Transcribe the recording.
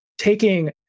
taking